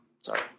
Sorry